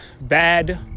bad